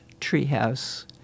Treehouse